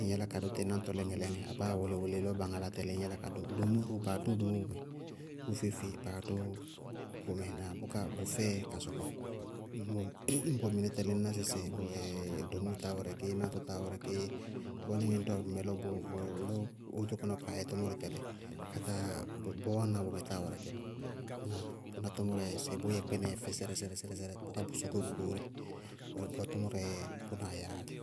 ŋñ yála ka dʋ tɩ náŋtɔ lɛŋɛlɛŋɛ abáa wʋlɩwʋlɩ lɔ ba ŋalá tɛlɩ ŋñ yála ka dʋ. Domóo ró, baá dʋ domóo bʋ mɛ, bʋ feé-feé baá dʋ bʋmɛ na bʋká bʋ fɛɛ ka sɔkɔ. Ñŋ kʋ fɩlíɩ ŋñná sɩsɩ domóo táa wɛrɛkɩ, náŋtɔ táa wɛrɛkɩ, bɔɔ níŋɛ ñ dʋwá bʋmɛ lɔ wóto káná wɛ kaá yɛ tʋmʋrɛ tɛlɩ, katáa bɔɔ wáana bʋmɛ táa wɛrɛkɩ bɔɔ. Ŋnáa? Bʋná tʋmʋrɛɛ dzɛ sɩ bʋ yɛ kpínɛɛ fɛ sɩrɛ-sɛrɛ-sɛrɛ-sɛrɛ bʋká bʋ sɔkɔ bʋ goóre, bɔɔ tʋmʋrɛɛ bʋnáa yɛyáá dzɛ.